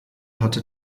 hatte